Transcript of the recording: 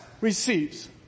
receives